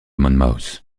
monmouth